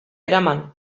eraman